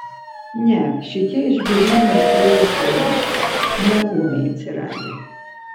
ne šitie išbėrimai atrodo chroniški ne ūmiai atsiradę